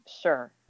Sure